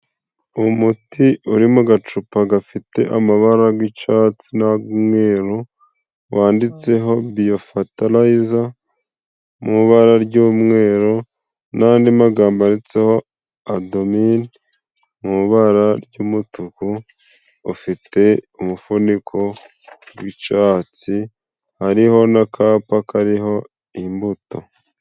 Umuti uri mu gacupa gafite amabara y'icyatsi n'ay'umweru, wanditseho biyo fatalayiza mu ibara ry'umweru n'andi magambo yanditseho adomini, mu ibara ry'umutuku ufite umufuniko w'icyatsi, hariho n'akapa kariho imbuto.